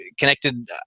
connected